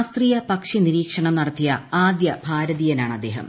ശാസ്ത്രീയ പക്ഷിനിരീക്ഷണം നടത്തിയ ആദ്യ ഭാരതീയനാണ് അദ്ദേഹം